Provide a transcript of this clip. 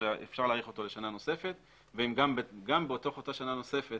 אפשר להאריך אותו בשנה נוספת ואם גם בתוך אותה שנה נוספת